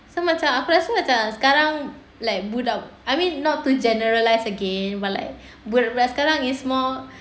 so macam aku rasa macam sekarang like budak I mean not to generalize okay but like budak-budak sekarang is more